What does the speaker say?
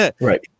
right